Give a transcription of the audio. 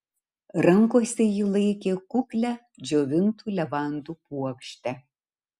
rankose ji laikė kuklią džiovintų levandų puokštę